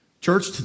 Church